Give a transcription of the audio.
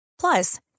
Plus